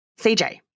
CJ